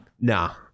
Nah